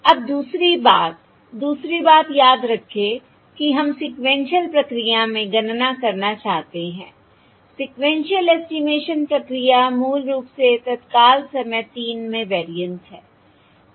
अब दूसरी बात दूसरी बात याद रखें कि हम सीक्वेन्शिअल प्रक्रिया में गणना करना चाहते हैं सीक्वेन्शिअल एस्टिमेशन प्रक्रिया मूल रूप से तत्काल समय तीन में वेरिएंस है